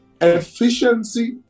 efficiency